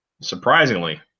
Surprisingly